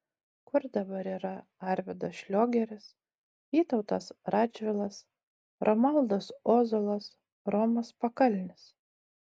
kur dabar yra arvydas šliogeris vytautas radžvilas romualdas ozolas romas pakalnis